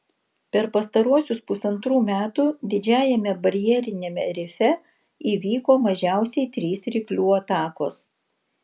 per pastaruosius pusantrų metų didžiajame barjeriniame rife įvyko mažiausiai trys ryklių atakos